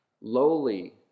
Lowly